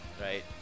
right